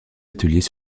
ateliers